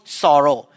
sorrow